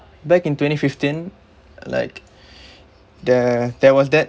back in twenty fifteen like there there was that